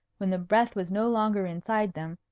when the breath was no longer inside them,